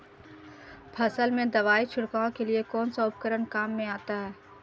फसल में दवाई छिड़काव के लिए कौनसा उपकरण काम में आता है?